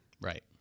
right